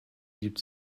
gibt